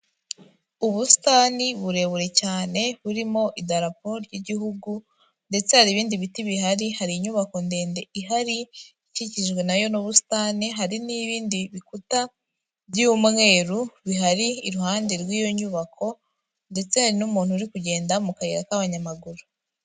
Ubusitani burebure cyane burimo idarapo ry'igihugu ndetse hari ibindi biti bihari, hari inyubako ndende ihari, ikikijwe na yo n'ubusitani, hari n'ibindi bikuta by'umweru bihari iruhande rw'iyo nyubako ndetse hari n'umuntu uri kugenda mu kayira k'abanyamaguru.